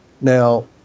Now